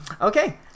Okay